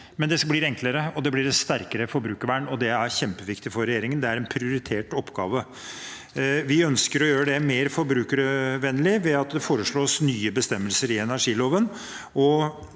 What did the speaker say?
og det blir et sterkere forbrukervern, og det er kjempeviktig for regjeringen. Det er en prioritert oppgave. Vi ønsker å gjøre det mer forbrukervennlig ved at det foreslås nye bestemmelser i energiloven,